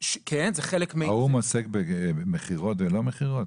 כן, זה חלק --- האו"ם עוסק במכירות ולא מכירות?